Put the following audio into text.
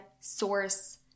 source